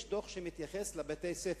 מתייחס לבתי-הספר.